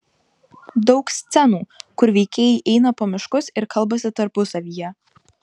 daug scenų kur veikėjai eina po miškus ir kalbasi tarpusavyje